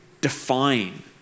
define